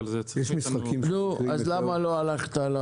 וזה הצריך מאיתנו --- למה לא הלכת?